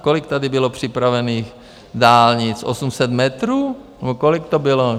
Kolik tady bylo připravených dálnic 800 metrů nebo kolik to bylo?